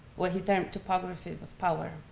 what he termed topographies of power.